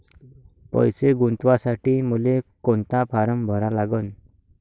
पैसे गुंतवासाठी मले कोंता फारम भरा लागन?